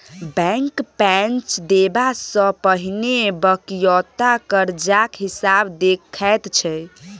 bank पैंच देबा सँ पहिने बकिऔता करजाक हिसाब देखैत छै